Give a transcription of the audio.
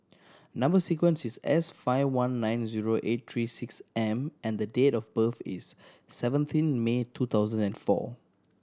number sequence is S five one nine zero eight three six M and the date of birth is seventeen May two thousand and four